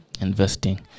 Investing